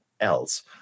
else